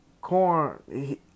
Corn